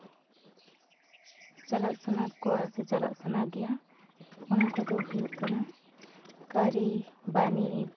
ᱪᱟᱞᱟᱜ ᱥᱟᱱᱟ ᱠᱚᱣᱟ ᱥᱮ ᱪᱟᱞᱟᱜ ᱥᱟᱱᱟ ᱜᱮᱭᱟ ᱚᱱᱟ ᱠᱚᱫᱚ ᱦᱩᱭᱩᱜ ᱠᱟᱱᱟ ᱠᱟᱹᱨᱤ ᱵᱟᱹᱱᱤᱡᱽ